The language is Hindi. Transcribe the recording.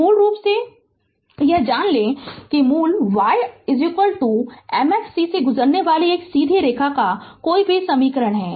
तो मूल रूप से यह जान लें कि मूल y mx c से गुजरने वाली एक सीधी रेखा का कोई भी समीकरण